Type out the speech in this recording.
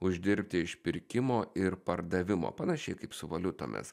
uždirbti iš pirkimo ir pardavimo panašiai kaip su valiutomis